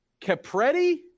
Capretti